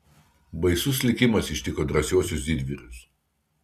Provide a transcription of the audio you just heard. baisus likimas ištiko drąsiuosius didvyrius